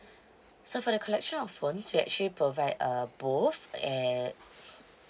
so for the collection of phones we actually provide uh both at